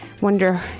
wonder